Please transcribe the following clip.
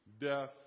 death